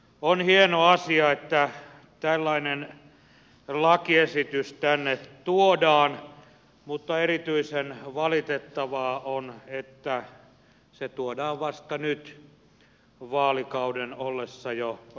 on hieno asia että tällainen lakiesitys tänne tuodaan mutta erityisen valitettavaa on että se tuodaan vasta nyt vaalikauden ollessa jo loppukvartaalissa